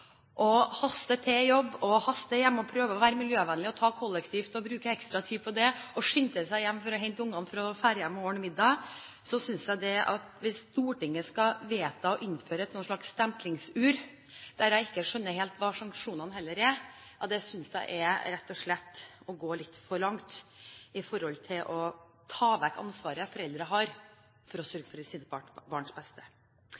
jobb – de haster til jobb, haster hjem, prøver å være miljøvennlig og reise kollektivt, bruke ekstra tid på det, og skynder seg så hjem for å hente barna for å dra hjem og lage middag. Da synes jeg at hvis Stortinget skal vedta å innføre et slags stemplingsur – jeg skjønner heller ikke hva sanksjonene er – er det rett og slett å gå litt for langt i forhold til å ta vekk det ansvaret foreldrene har for å